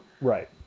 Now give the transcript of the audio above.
Right